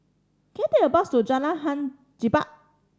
can I take a bus to Jalan Hang Jebat